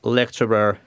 lecturer